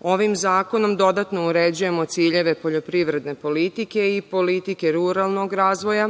Ovim zakonom dodatno uređujemo ciljeve poljoprivredne politike i politike ruralnog razvoja,